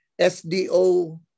SDO